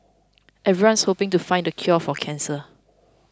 everyone's hoping to find the cure for cancer